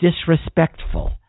disrespectful